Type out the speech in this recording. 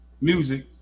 music